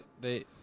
they-